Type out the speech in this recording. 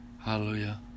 Hallelujah